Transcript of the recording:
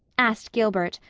asked gilbert,